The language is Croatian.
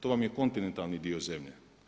To vam je kontinentalni dio zemlje.